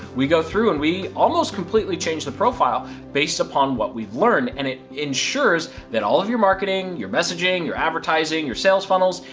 we go through, and we almost completely change the profile based upon what we've learned. and it insures, that all of your marketing, messaging, your advertising, your sales funnels,